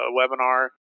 webinar